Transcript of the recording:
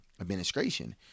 administration